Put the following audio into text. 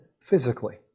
physically